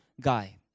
guy